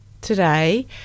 today